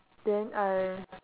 then I